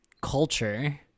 culture